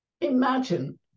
Imagine